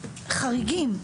חריגים,